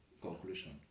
conclusion